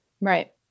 Right